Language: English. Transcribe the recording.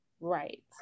Right